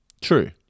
True